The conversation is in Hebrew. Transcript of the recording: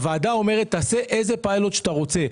הוועדה אומרת תעשה איזה פיילוט שאתה רוצה,